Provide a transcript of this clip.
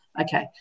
Okay